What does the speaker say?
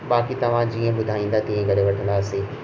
बाक़ी तव्हां जीअं ॿुधाईंदा तीअं करे वठंदासीं